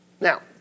Now